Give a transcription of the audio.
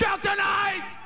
tonight